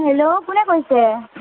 hello কোনে কৈছে